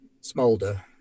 smolder